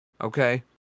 okay